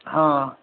હા